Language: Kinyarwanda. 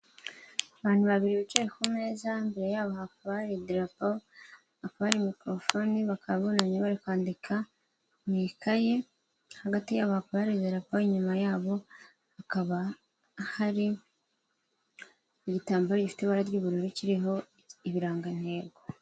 Abantu babiri bicaye ku meza imbere yabo hakaba hari idarapo, hakaba hari mikorofone bakaba bunamye bari kwandika mu ikaye hagati y'abo hakaba hari idarapo, inyuma yabo hakaba hari igitambaro gifite ibara ry'ubururu kiriho ibirangantego.